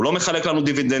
הוא לא מחלק לנו דיבידנדים,